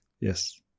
Yes